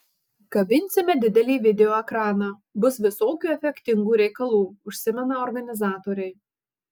kabinsime didelį video ekraną bus visokių efektingų reikalų užsimena organizatoriai